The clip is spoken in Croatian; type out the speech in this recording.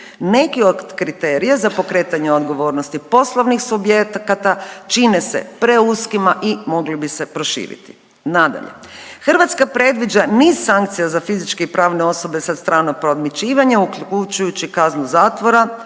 neki od kriterija za pokretanje odgovornosti poslovnih subjekata čine se preuskima i mogli bi se proširiti.“ Nadalje, Hrvatska predviđa niz sankcija za fizičke i pravne osobe za strano podmićivanje uključujući i kaznu zatvora